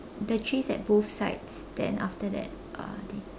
the cheese at both sides then after that uh